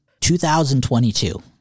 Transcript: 2022